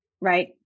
Right